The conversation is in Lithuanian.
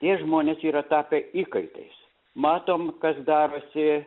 tie žmonės jie yra tapę įkaitais matom kas darosi